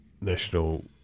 national